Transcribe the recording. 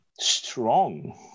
strong